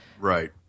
Right